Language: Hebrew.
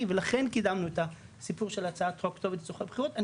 ולכן קידמנו את הסיפור של הצעת חוק כתובת לצורכי בחירות,